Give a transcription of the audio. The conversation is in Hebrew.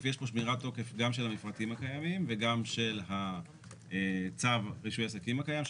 יש פה שמירת תוקף גם של המפרטים הקיימים וגם של הצו רישוי עסקים הקיים,